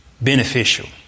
beneficial